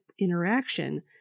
interaction